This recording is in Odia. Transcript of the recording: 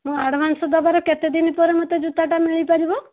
ମୁଁ ଆଡ଼ଭାନ୍ସ ଦେବାର କେତେଦିନ ପରେ ମୋତେ ଜୋତାଟା ମିଳି ପାରିବ